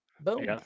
Boom